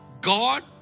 God